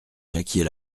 jacquier